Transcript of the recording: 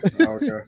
Okay